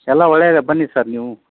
ಎಲ್ಲ ಒಳ್ಳೆದೆ ಬನ್ನಿ ಸರ್ ನೀವು